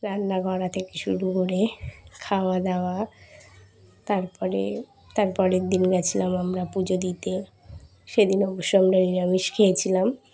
রান্না করা থেকে শুরু করে খাওয়া দাওয়া তারপরে তারপের দিন গিয়েছিলাম আমরা পুজো দিতে সেদিন অবশ্যই আমরা নিরামিষ খেয়েছিলাম